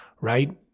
right